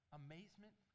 amazement